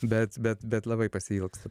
bet bet bet labai pasiilgstu